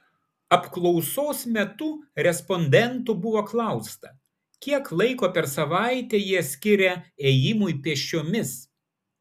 apklausos metu respondentų buvo klausta kiek laiko per savaitę jie skiria ėjimui pėsčiomis